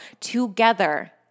together